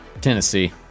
Tennessee